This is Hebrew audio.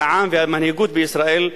את העם והמנהיגות בישראל,